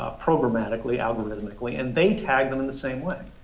ah programmatically, algorithmically, and they tag them in the same way.